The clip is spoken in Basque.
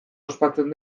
ospatzen